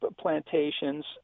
plantations